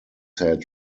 had